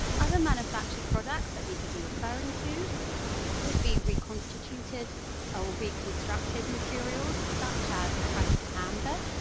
other manufactured products that we could be referring to could be reconstituted or reconstructed materials such as pressed amber.